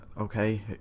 okay